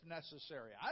necessary